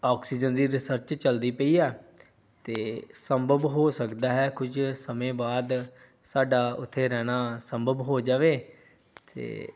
oxygen ਦੀ research ਚਲਦੀ ਪਈ ਆ ਅਤੇ ਸੰਭਵ ਹੋ ਸਕਦਾ ਹੈ ਕੁਝ ਸਮੇਂ ਬਾਅਦ ਸਾਡਾ ਉੱਥੇ ਰਹਿਣਾ ਸੰਭਵ ਹੋ ਜਾਵੇ ਅਤੇ